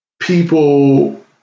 people